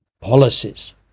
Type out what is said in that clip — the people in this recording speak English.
policies